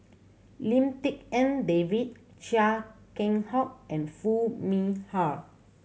Lim Tik En David Chia Keng Hock and Foo Mee Har